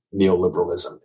neoliberalism